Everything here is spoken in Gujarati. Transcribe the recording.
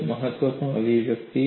ખૂબ જ મહત્વપૂર્ણ અભિવ્યક્તિ